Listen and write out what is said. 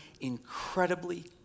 incredibly